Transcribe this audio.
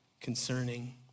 concerning